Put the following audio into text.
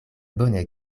bone